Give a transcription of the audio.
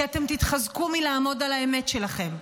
כי אתם תתחזקו מלעמוד על האמת שלכם,